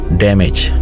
damage